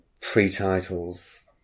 pre-titles